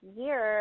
year